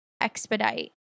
expedite